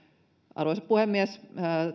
arvoisa puhemies